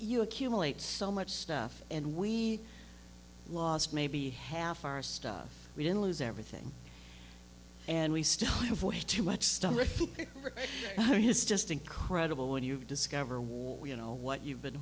you accumulate so much stuff and we lost maybe half our stuff we didn't lose everything and we still have way too much stuff is just incredible when you discover war you know what you've been